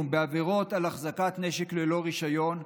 בעבירות של אחזקת נשק ללא רישיון,